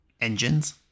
engines